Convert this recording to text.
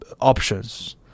options